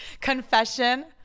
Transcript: Confession